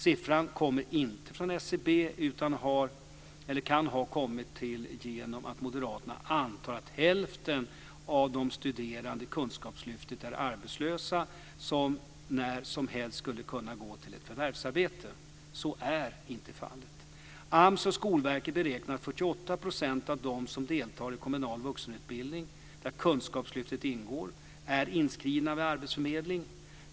Siffran kommer inte från SCB utan kan ha kommit till genom att moderaterna antar att hälften av de studerande i Kunskapslyftet är arbetslösa som när som helst skulle kunna gå till ett förvärvsarbete. Så är inte fallet. AMS och Skolverket beräknar att 48 % av dem som deltar i kommunal vuxenutbildning, där Kunskapslyftet ingår, är inskrivna vid arbetsförmedling.